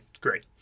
Great